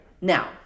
now